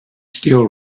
still